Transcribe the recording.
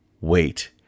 Wait